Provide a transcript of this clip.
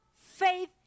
faith